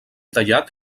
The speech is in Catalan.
tallat